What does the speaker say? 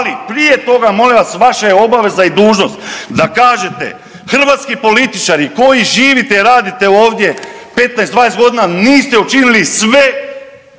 Ali prije toga, molim vas, vaša je obaveza i dužnost da kažete, hrvatski političari koji živite i radite ovdje 15, 20 godina niste učinili sve